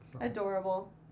Adorable